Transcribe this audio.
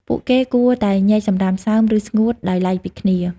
ពួកគេគួរតែញែកសំរាមសើម និងស្ងួតដោយទ្បែកពីគ្នា។